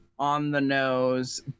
on-the-nose